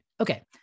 Okay